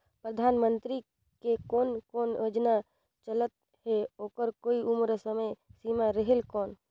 परधानमंतरी के कोन कोन योजना चलत हे ओकर कोई उम्र समय सीमा रेहेल कौन?